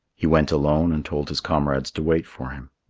he went alone and told his comrades to wait for him.